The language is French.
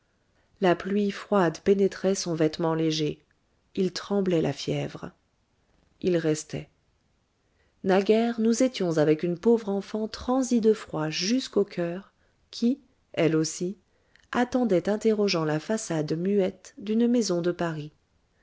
la plaie froide pénétrait son vêtement léger il tremblait la fièvre il restait naguère nous étions avec une pauvre enfant transie de froid jusqu'au coeur qui elle aussi attendait interrogeant la façade muette d'une maison de paris